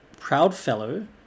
Proudfellow